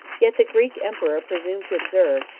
yet the greek emperor presumed to observe,